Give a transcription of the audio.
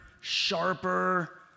sharper